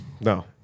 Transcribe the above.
No